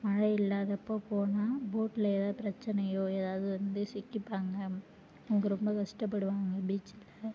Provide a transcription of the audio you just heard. மழை இல்லாதப்போ போனா போட்டில் எதாவது பிரச்சனையோ எதாவது வந்து சிக்கிப்பாங்க அவங்க ரொம்ப கஷ்டப்படுவாங்க பீச்சில்